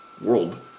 world